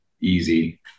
easy